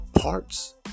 parts